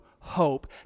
Hope